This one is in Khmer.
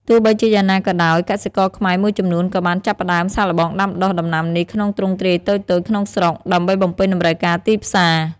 ទោះបីជាយ៉ាងណាក៏ដោយ កសិករខ្មែរមួយចំនួនក៏បានចាប់ផ្តើម សាកល្បងដាំដុះ ដំណាំនេះក្នុងទ្រង់ទ្រាយតូចៗក្នុងស្រុក ដើម្បីបំពេញតម្រូវការទីផ្សារ។